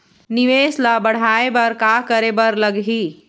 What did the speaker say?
निवेश ला बढ़ाय बर का करे बर लगही?